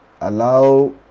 allow